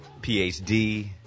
PhD